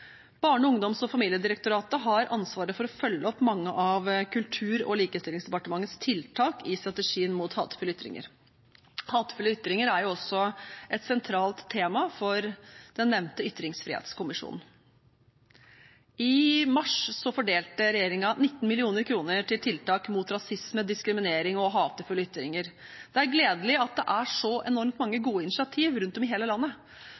ungdoms- og familiedirektoratet har ansvaret for å følge opp mange av Kultur- og likestillingsdepartementets tiltak i strategien mot hatefulle ytringer. Hatefulle ytringer er også et sentralt tema for den nevnte ytringsfrihetskommisjonen. I mars fordelte regjeringen 19 mill. kr kroner til tiltak mot rasisme, diskriminering og hatefulle ytringer. Det er gledelig at det er så enormt mange gode initiativ rundt om i hele landet.